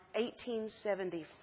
1875